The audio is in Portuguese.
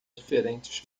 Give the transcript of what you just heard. diferentes